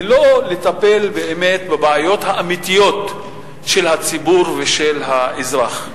ולא לטפל באמת בבעיות האמיתיות של הציבור ושל האזרח.